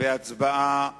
בהצבעה גלויה.